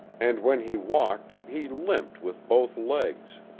and when he walked he limped with both legs.